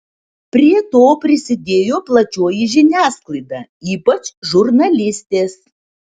prie to prisidėjo plačioji žiniasklaida ypač žurnalistės